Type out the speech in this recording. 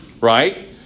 Right